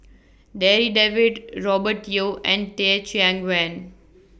Darryl David Robert Yeo and Teh Cheang Wan